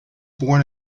born